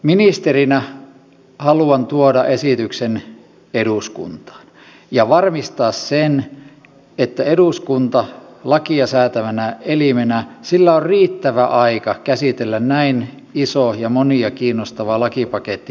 ministerinä haluan tuoda esityksen eduskuntaan ja varmistaa sen että eduskunnalla lakia säätävänä elimenä on riittävä aika käsitellä näin iso ja monia kiinnostava lakipaketti perusteellisesti